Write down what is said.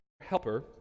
helper